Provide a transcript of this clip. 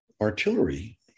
artillery